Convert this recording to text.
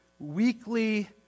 Weekly